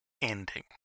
Ending